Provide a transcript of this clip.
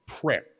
prayer